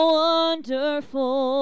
wonderful